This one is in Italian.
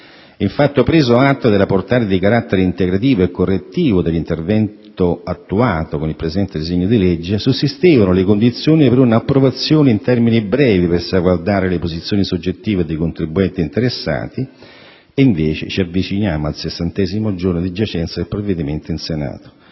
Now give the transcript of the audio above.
Infatti, preso atto della portata di carattere integrativo e correttivo dell'intervento attuato con il presente disegno di legge, sussistevano le condizioni per una sua approvazione in termini brevi per salvaguardare le posizioni soggettive dei contribuenti interessati, e invece ci avviciniamo al sessantesimo giorno di giacenza del provvedimento in Senato.